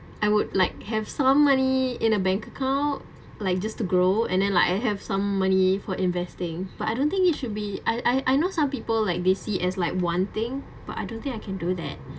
I would like have some money in a bank account like just to grow and then like I have some money for investing but I don't think it should be I I I know some people like they see as like one thing but I don't think I can do that